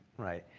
right?